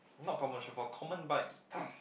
not commercial for common bikes